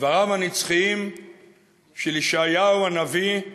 דבריו הנצחיים של ישעיהו הנביא,